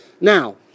Now